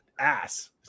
ass